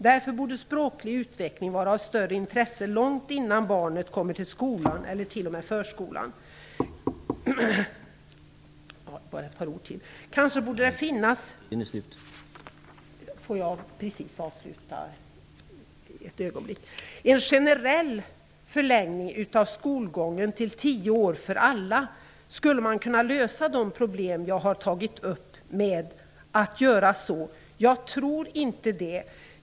Därför borde språklig utveckling vara av större intresse långt innan barnet kommer till skolan eller t.o.m. förskolan. Skulle en generell förlängning av skolgången till tio år för alla kunna lösa de problem jag har tagit upp? Jag tror inte det.